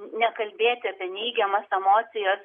nekalbėti apie neigiamas emocijas